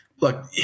look